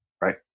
right